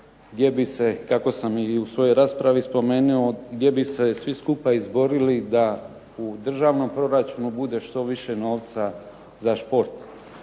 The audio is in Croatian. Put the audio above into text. gdje bi se, kako sam i u svojoj raspravi spomenuo, gdje bi se svi skupa izborili da u državnom proračunu bude što više novca za šport.